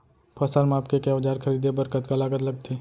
फसल मापके के औज़ार खरीदे बर कतका लागत लगथे?